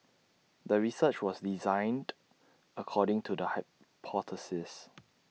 the research was designed according to the hypothesis